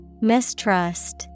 Mistrust